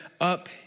up